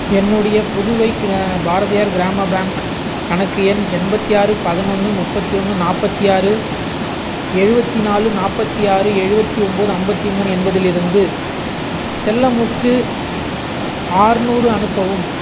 என்னுடைய புதுவை கிரா பாரதியார் கிராம பேங்க் கணக்கு எண் எண்பத்தி ஆறு பதினொன்று முப்பத்தி ஒன்று நாற்பத்தி ஆறு எழுபத்தி நாலு நாப்பத்தி ஆறு எழுபத்தி ஒம்பது ஐம்பத்தி மூணு எண்பதிலிருந்து செல்லமுக்கு ஆறுநூறு அனுப்பவும்